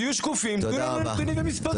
תהיו שקופים, תנו לנו נתונים ומספרים.